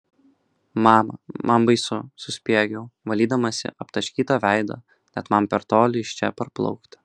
mama man baisu suspiegiau valydamasi aptaškytą veidą net man per toli iš čia parplaukti